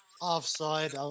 offside